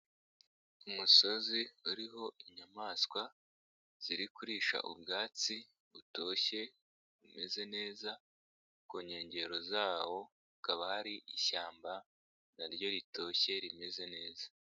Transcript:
Umusozi uriho inyamaswa ziri kurisha ubwatsi butoshye bumeze neza, ku nkengero zawo ukaba hari ishyamba na ryo ritoshye rimeze neza.